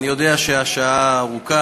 אני יודע שהשעה מאוחרת,